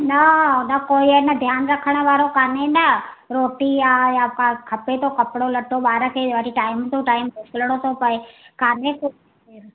न न कोई आहे न ध्यानु रखणु वारो कान्हे न रोटी आहे या त खपे थो कपिड़ो लटो ॿार खे वरी टाइम टू टाइम मोकिलिणो थो पए खाने त